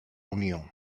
unió